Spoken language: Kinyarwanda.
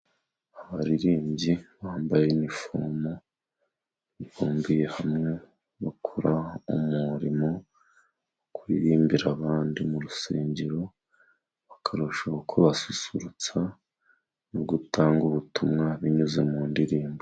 Abaririmbyi bambaye inifomu，bibumbiye hamwe bakora umurimo wo kuririmbira abandi mu rusengero， bakarushaho kubasusurutsa no gutanga ubutumwa binyuze mu ndirimbo.